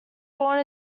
born